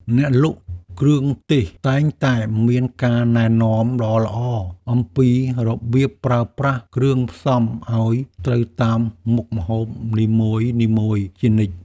អ្នកលក់គ្រឿងទេសតែងតែមានការណែនាំល្អៗអំពីរបៀបប្រើប្រាស់គ្រឿងផ្សំឱ្យត្រូវតាមមុខម្ហូបនីមួយៗជានិច្ច។